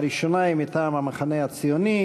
עאידה תומא סלימאן,